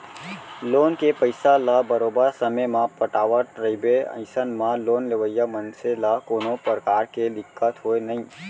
loan के पइसा ल बरोबर समे म पटावट रहिबे अइसन म लोन लेवइया मनसे ल कोनो परकार के दिक्कत होवय नइ